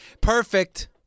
Perfect